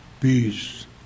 peace